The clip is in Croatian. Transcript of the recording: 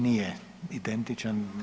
nije identičan.